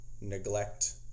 neglect